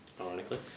Ironically